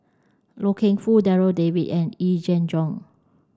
Loy Keng Foo Darryl David and Yee Jenn Jong